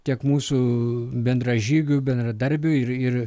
tiek mūsų bendražygių bendradarbių ir ir